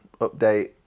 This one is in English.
update